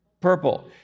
purple